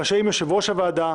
רשאים יושב-ראש הוועדה,